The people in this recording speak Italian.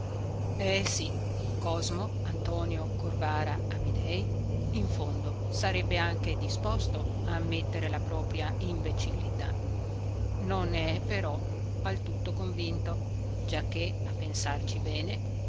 eh sì cosmo antonio corvara amidei in fondo sarebbe anche disposto a ammettere la propria imbecillità non ne è però al tutto convinto giacché a pensarci bene